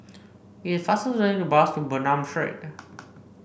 it is faster to take the bus to Bernam Street